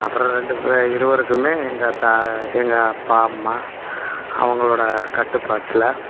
அப்புறம் ரெண்டு பேர் இருவருக்குமே எங்கள் தா எங்கள் அப்பா அம்மா அவங்களோட கட்டுப்பாட்டில்